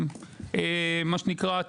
מה שנקרא,